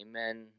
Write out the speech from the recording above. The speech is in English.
Amen